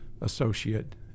associate